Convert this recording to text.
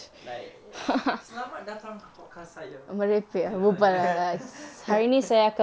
like selamat datang ke podcast saya